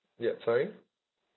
yup sorry